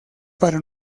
para